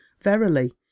verily